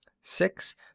six